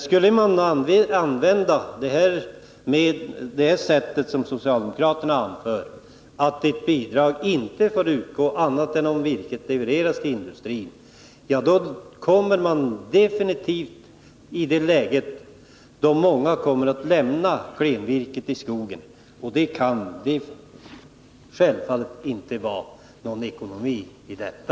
Skulle man gå till väga på det sätt som socialdemokraterna förordar, så att bidrag inte får utgå annat än om virket levereras till industrin, kommer man definitivt i det läget att många kommer att lämna klenvirket i skogen. Det kan självfallet inte vara någon ekonomi i detta.